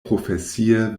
profesie